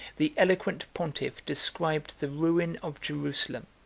the eloquent pontiff described the ruin of jerusalem,